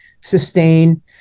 sustain –